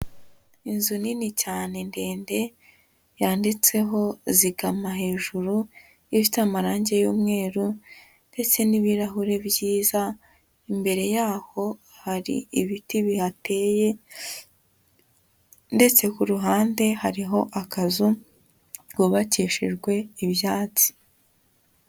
Inzu nini cyane ndende yanditseho zigama hejuru, ifite amarangi y'umweru ndetse n'ibirahure byiza, imbere yaho hari ibiti bihateye ndetse ku ruhande hariho akazu kubakishijwe ibyatsi.